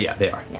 yeah they are.